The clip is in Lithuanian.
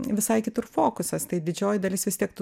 visai kitur fokusas tai didžioji dalis vis tiek tu